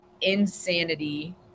insanity